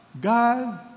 God